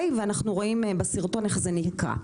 ואנחנו רואים בסרטון איך זה נקרא,